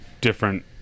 different